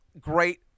great